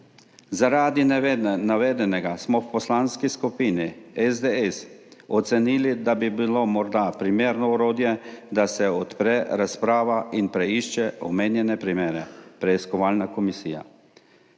Zaradi navedenega smo v Poslanski skupini SDS ocenili, da bi bilo morda primerno orodje, da se odpre razprava in preišče omenjene primere, torej preiskovalna komisija.